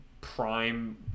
prime